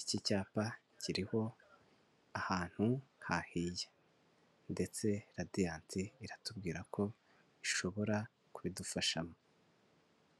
Iki cyapa kiriho ahantu hahiye ndetse Radiyanti iratubwira ko ishobora kubidufashamo.